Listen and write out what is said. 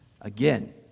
Again